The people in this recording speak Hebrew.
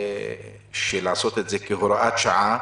לעשות את זה כהוראת שעה